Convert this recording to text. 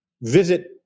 Visit